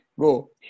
go